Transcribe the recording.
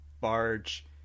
barge